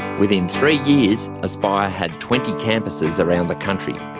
within three years aspire had twenty campuses around the country.